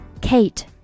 Kate